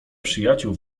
przyjaciół